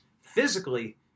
physically